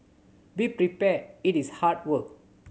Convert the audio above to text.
be prepared it is hard work